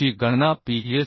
ची गणना Ps